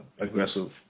aggressive